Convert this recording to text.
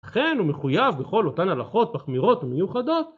אכן הוא מחויב בכל אותן הלכות מחמירות ומיוחדות